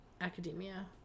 academia